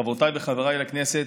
חברותיי וחבריי לכנסת,